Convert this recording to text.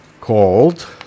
called